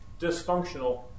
dysfunctional